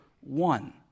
one